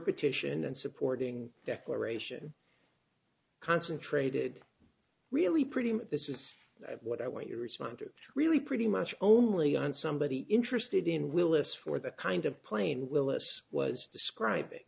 petition and supporting declaration concentrated really pretty much this is what i want you responded really pretty much only on somebody interested in willis for the kind of plane willis was describing